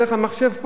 דרך המחשב פה,